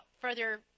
further